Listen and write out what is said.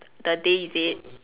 the day is it